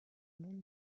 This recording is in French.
monde